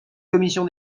commission